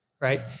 Right